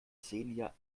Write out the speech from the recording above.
xenia